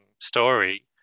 story